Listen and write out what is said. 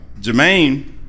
Jermaine